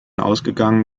ausgegangen